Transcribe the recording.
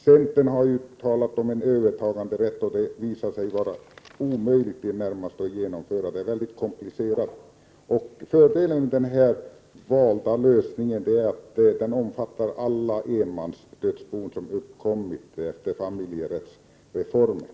Centern har ju talat om en övertaganderätt som det visade sig i det närmaste omöjligt att genomföra. Det är väldigt komplicerat. Fördelen med den här valda lösningen är att den omfattar alla enmansdödsbon som har uppkommit efter familjerättsreformen.